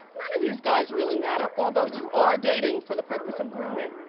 none of these guys really matter, although you are dating for the purpose of grooming,